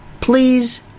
Please